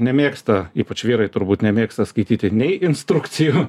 nemėgsta ypač vyrai turbūt nemėgsta skaityti nei instrukcijų